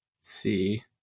see